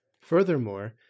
Furthermore